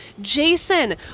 Jason